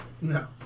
No